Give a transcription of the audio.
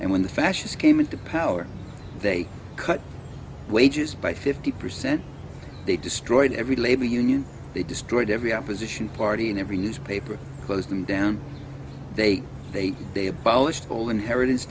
and when the fascists came into power they cut wages by fifty percent they destroyed every labor union they destroyed every opposition party and every newspaper closed them down they they they abolished all inherita